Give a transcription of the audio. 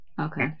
Okay